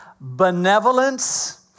benevolence